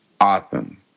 awesome